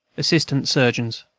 assistant surgeons